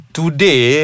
today